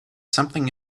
something